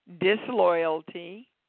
disloyalty